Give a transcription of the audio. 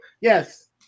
Yes